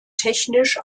technisch